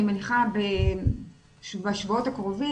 אני מניחה בשבועות הקרובים.